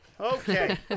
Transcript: Okay